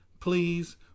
please